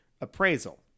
appraisal